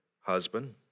husband